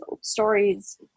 stories